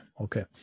Okay